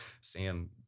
Sam